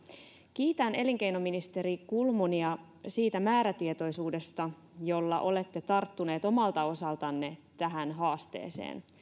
kiitän elinkeinoministeri kulmunia siitä määrätietoisuudesta jolla olette tarttunut omalta osaltanne tähän haasteeseen